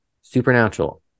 Supernatural